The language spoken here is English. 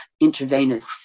intravenous